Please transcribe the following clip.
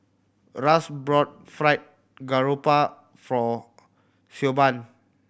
Ras bought Fried Garoupa for Siobhan